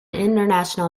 international